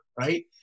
right